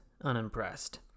unimpressed